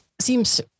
seems